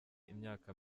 imyaka